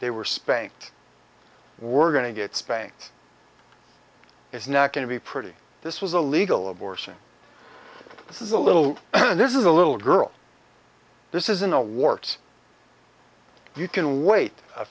they were spanked we're going to get spanked it's not going to be pretty this was a legal abortion this is a little this is a little girl this isn't a war it's you can wait a